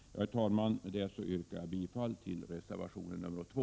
Herr talman! Med detta yrkar jag bifall till reservation 2.